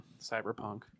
Cyberpunk